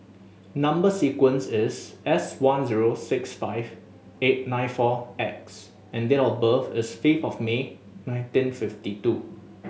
number sequence is S one zero six five eight nine four X and date of birth is fifth of May nineteen fifty two